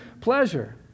pleasure